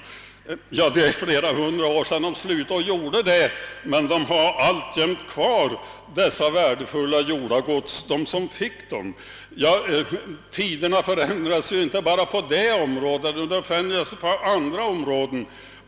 Det är flera hundra år sedan ägarna slutade med det, men de som fick dessa värdefulla jordagods har dem alltjämt kvar i sin ägo. Tiderna förändras inte bara på detta område utan även på andra områden.